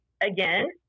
again